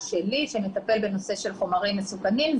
שלי שמטפל בנושא של חומרים מסוכנים,